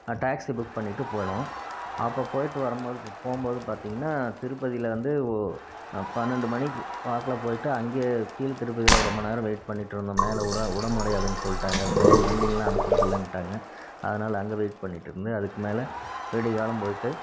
taxi book பண்ணிவிட்டு போனோம் அப்போது போயிட்டு வரும்போது போகும்போது பார்த்திங்ன்னா திருப்பதியிலேருந்து பன்னெண்டு மணிக்கு ஸ்பாட்டில் போயிட்டு அங்கே கீழ் திருப்பதியில் ரொம்ப நேரம் வெயிட் பண்ணிகிட்ருந்தோம் மேலே விட முடியாதுன்னு சொல்லிவிட்டாங்க வண்டிங்கயெலாம் அனுப்புகிறதில்லேன்ட்டாங்க அதனால் அங்கே வெயிட் பண்ணிகிட்ருந்து அதுக்கு மேலே விடியகாலம் போயிட்டு